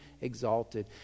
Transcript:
exalted